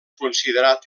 considerat